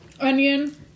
Onion